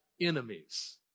enemies